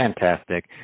Fantastic